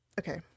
Okay